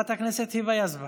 חברת הכנסת היבה יזבק,